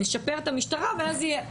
נשפר את המשטרה ואז יהיה.